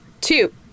Two